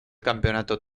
campeonato